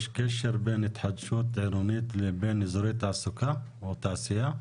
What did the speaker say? יש קשר בין התחדשות עירונית לבין אזורי תעסוקה או תעשייה?